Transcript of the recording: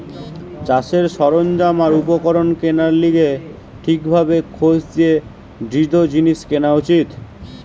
চাষের সরঞ্জাম আর উপকরণ কেনার লিগে ঠিক ভাবে খোঁজ নিয়ে দৃঢ় জিনিস কেনা উচিত